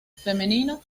femenino